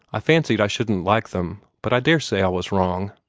i fancied i shouldn't like them. but i daresay i was wrong.